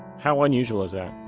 how unusual is that?